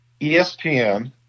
ESPN